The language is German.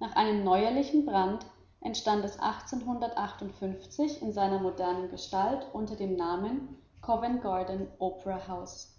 nach einem neuerlichen brand erstand es in seiner modernen gestalt unter dem namen covent garden opera house